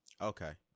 Okay